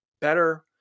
better